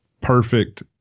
perfect